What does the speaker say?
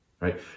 right